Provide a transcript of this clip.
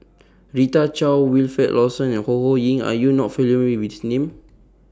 Rita Chao Wilfed Lawson and Ho Ho Ying Are YOU not familiar with These Names